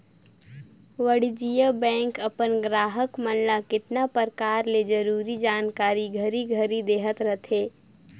वाणिज्य बेंक अपन गराहक मन ल केतना परकार ले जरूरी जानकारी घरी घरी में देहत रथे